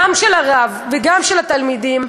גם של הרב וגם של התלמידים,